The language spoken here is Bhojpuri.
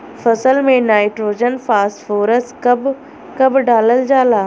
फसल में नाइट्रोजन फास्फोरस कब कब डालल जाला?